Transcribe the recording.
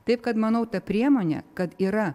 taip kad manau ta priemonė kad yra